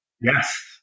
Yes